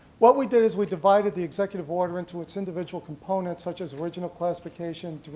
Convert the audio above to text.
what we did is we divided the executive order into its individual components such as original classification,